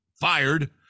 fired